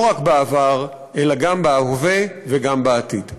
לא רק בעבר אלא גם בהווה וגם בעתיד.